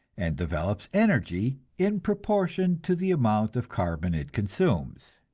and develops energy in proportion to the amount of carbon it consumes.